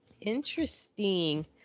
interesting